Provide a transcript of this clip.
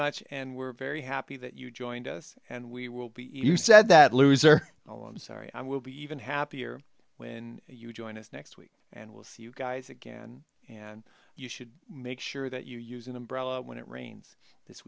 much and we're very happy that you joined us and we will be you said that loser well i'm sorry i will be even happier when you join us next week and we'll see you guys again and you should make sure that you use in the bell when it rains this